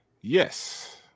Yes